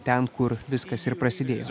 ten kur viskas ir prasidėjo